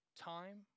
time